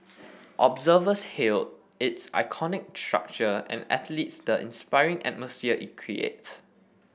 observers hailed its iconic structure and athlete the inspiring atmosphere it creates